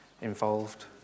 involved